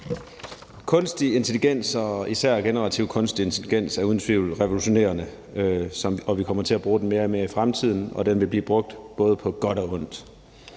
Kunstig intelligens og især generativ kunstig intelligens er uden tvivl revolutionerende. Vi kommer til at bruge det mere og mere i fremtiden, og det vil blive brugt både på godt og ondt.